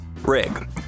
Rig